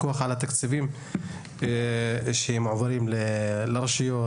פיקוח על התקציבים שמועברים לרשויות,